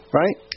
right